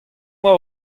boa